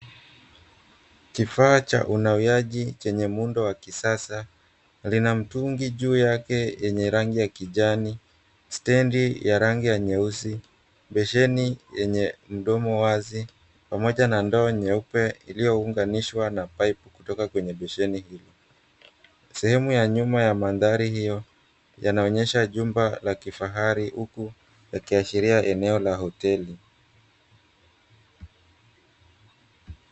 Kifaa cha unawiaji chenye muundo wa kisasa, lina mtungi juu yake yenye rangi ya kijani, stendi ya rangi ya nyeusi, beseni yenye mdomo wazi pamoja na ndoo nyeupe iliyounganishwa na pipe kutoka kwenye beseni hiyo. Sehemu ya nyuma ya mandhari hiyo yanaonyesha jumba ya kifahari huku yakiashiria eneo la hoteli.